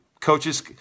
Coaches